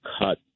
cut